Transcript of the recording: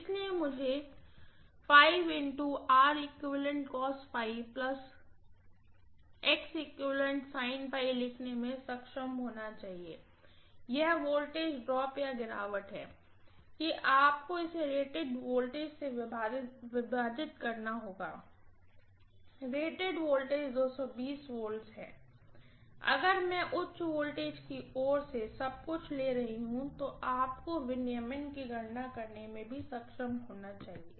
इसलिए मुझे लिखने में सक्षम होना चाहिए यह वोल्टेज ड्रॉप होगा कि आपको इसे रेटेड वोल्टेज से विभाजित करना होगा रेटेड वोल्टेज V है अगर मैं उच्च वोल्टेज की ओर से सब कुछ ले रहा हूं तो आपको रेगुलेशन की गणना करने में भी सक्षम होना चाहिए